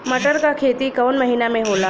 मटर क खेती कवन महिना मे होला?